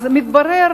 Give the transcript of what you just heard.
אז מתברר